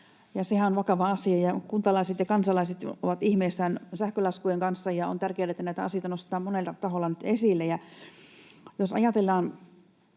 sehän on vakava asia. Kuntalaiset ja kansalaiset ovat ihmeissään sähkölaskujen kanssa, ja on tärkeätä, että näitä asioita nostetaan monella taholla nyt esille. Jos ajatellaan